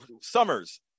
summer's